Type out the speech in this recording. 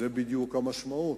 זו בדיוק המשמעות.